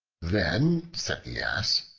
then, said the ass,